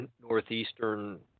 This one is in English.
northeastern